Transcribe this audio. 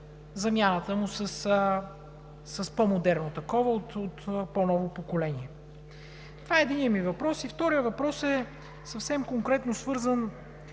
замяната му с по-модерно такова – от по-ново поколение? Това е единият ми въпрос. Вторият въпрос е съвсем конкретно свързан,